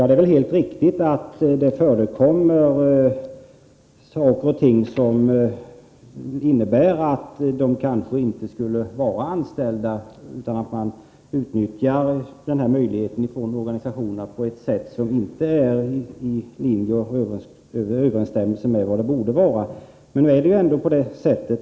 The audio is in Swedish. Det är helt riktigt att det förekommer saker och ting som innebär att det i vissa fall inte är fråga om anställningar som berättigar till lönebidrag. Organisationerna utnyttjar den här möjligheten på ett sätt som inte överensstämmer med vad som förutsatts.